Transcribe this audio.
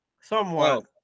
somewhat